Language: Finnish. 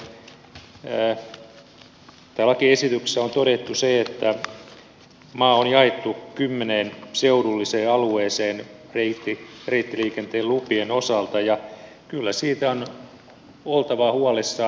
lakiesityksessä on todettu se että maa on jaettu kymmeneen seudulliseen alueeseen reittiliikenteen lupien osalta ja kyllä siitä on oltava huolissaan